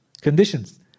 conditions